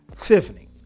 Tiffany